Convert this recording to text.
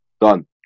done